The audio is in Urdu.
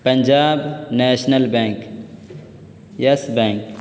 پنجاب نیشنل بینک یس بینک